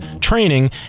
training